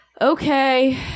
okay